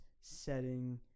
setting